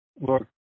look